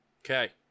Okay